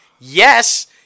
yes